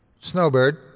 Snowbird